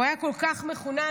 הוא היה כל כך מחונן,